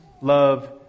love